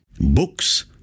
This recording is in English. Books